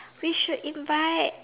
we should invite